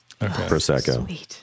Prosecco